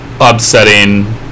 upsetting